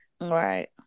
right